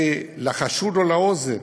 ולחשו לו באוזן